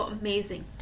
amazing